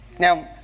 Now